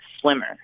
swimmer